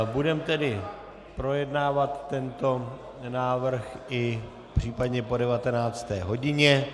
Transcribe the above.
Budeme tedy projednávat tento návrh i případně po 19. hodině.